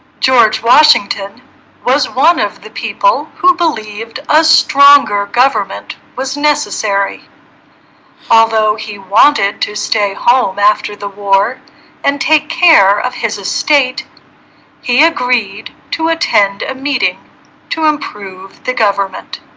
george washington was one of the people who believed a stronger government was necessary although he wanted to stay home after the war and take care of his estate he agreed to attend a meeting to improve the government